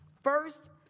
first,